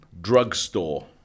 Drugstore